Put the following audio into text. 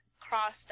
crossed